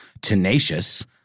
tenacious